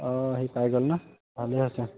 অঁ সি পাই গ'ল ন ভালেই হৈছে